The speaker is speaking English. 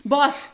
Boss